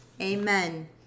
Amen